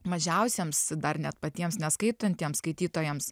mažiausiems dar net patiems neskaitantiems skaitytojams